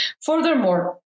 Furthermore